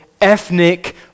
ethnic